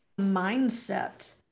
mindset